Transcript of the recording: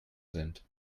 sind